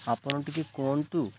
ଆପଣ ଟିକଏ କୁହନ୍ତୁ